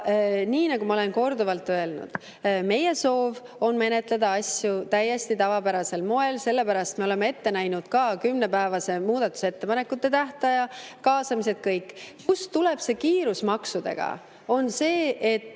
nii nagu ma olen korduvalt öelnud, meie soov on menetleda asju täiesti tavapärasel moel, sellepärast me oleme ette näinud ka kümnepäevase muudatusettepanekute tähtaja, kaasamised, kõik. Kiirus maksudega tuleb